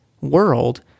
world